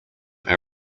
with